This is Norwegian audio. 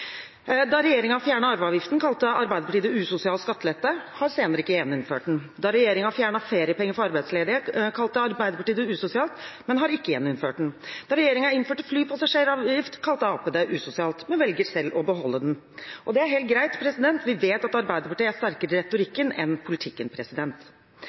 Da regjeringen fjernet arveavgiften, kalte Arbeiderpartiet det usosial skattelette, men har senere ikke gjeninnført den. Da regjeringen fjernet feriepenger for arbeidsledige, kalte Arbeiderpartiet det usosialt, men har ikke gjeninnført det. Da regjeringen innførte flypassasjeravgift, kalte Arbeiderpartiet det usosialt, men velger selv å beholde den. Det er helt greit. Vi vet at Arbeiderpartiet er sterkere i